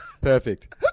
Perfect